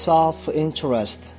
Self-Interest